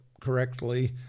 correctly